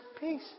peace